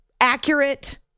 accurate